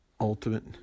ultimate